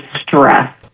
stress